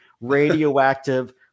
radioactive